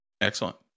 Excellent